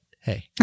hey